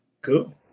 Cool